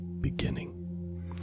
beginning